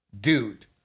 Dude